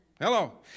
Hello